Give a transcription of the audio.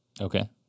Okay